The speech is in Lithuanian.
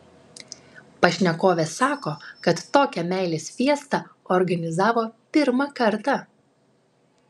pašnekovė sako kad tokią meilės fiestą organizavo pirmą kartą